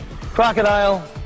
Crocodile